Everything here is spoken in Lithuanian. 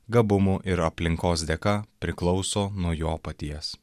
gabumų ir aplinkos dėka priklauso nuo jo paties